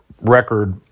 record